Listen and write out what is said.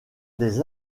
des